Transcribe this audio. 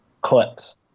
clips